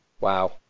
Wow